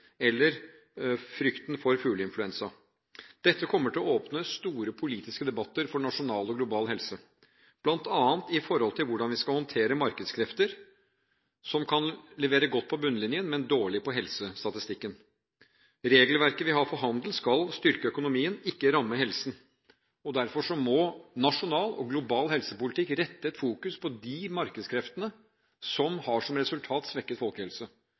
eller frykten for fugleinfluensa. Dette kommer til å åpne store politiske debatter for nasjonal og global helse, bl.a. når det gjelder hvordan vi skal håndtere markedskrefter, som kan levere godt på bunnlinjen, men dårlig på helsestatistikken. Regelverket som vi har for handel, skal styrke økonomien – ikke ramme helsen. Derfor må nasjonal og global helsepolitikk rette et fokus på de markedskreftene som har svekket folkehelse som resultat.